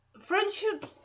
friendship